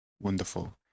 wonderful